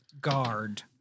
guard